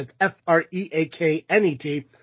F-R-E-A-K-N-E-T